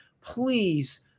please